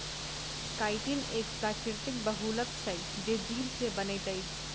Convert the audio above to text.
chitin एक प्राकृतिक बहुलक छै जे जीव से बनैत अछि